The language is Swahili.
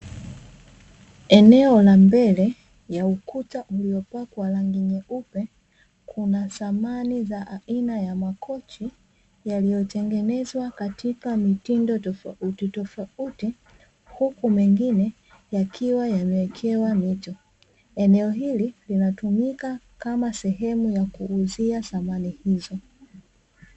Eneo la mbele ya ukuta uliopakwa rangi nyeupe, kuna samani ya aina ya makochi yaliyo tengenezwa katika mitindo tofautitofauti. Huku mengine, yakiwa yamewekewa mito. Eneo hili, linatumika kama sehemu ya kuuzia samani hizo.